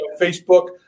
Facebook